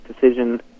decision